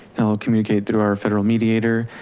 he'll communicate through our federal mediator.